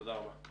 תודה רבה.